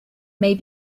may